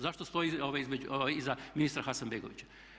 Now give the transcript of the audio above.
Zašto stoji između ministra Hasanbegovića?